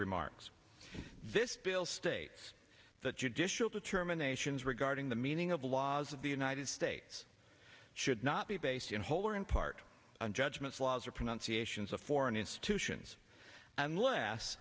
remarks this bill states that judicial determinations regarding the meaning of the laws of the united states should not be based in whole or in part on judgments laws or pronunciations of foreign institutions unless